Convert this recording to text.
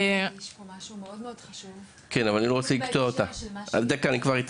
אני רוצה גם להעלות